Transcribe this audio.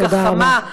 גחמה,